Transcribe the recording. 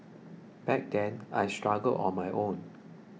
back then I struggled on my own